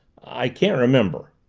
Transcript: i can't remember.